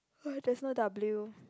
there's no W